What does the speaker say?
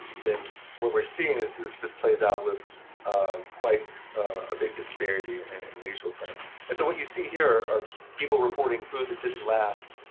then what we're seeing is this this plays out with quite a big disparity and in racial terms. and so what you see here are people reporting food that didn't last.